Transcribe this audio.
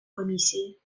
комісії